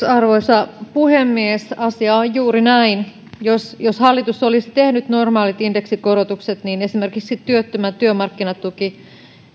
arvoisa puhemies asia on juuri näin jos jos hallitus olisi tehnyt normaalit indeksikorotukset niin esimerkiksi työttömän työmarkkinatuki